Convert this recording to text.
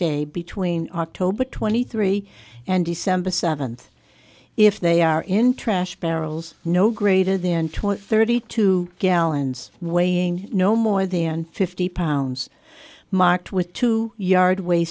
day between october twenty three and december seventh if they are in trash barrels no greater than twenty thirty two gallons weighing no more than fifty pounds marked with two yard wa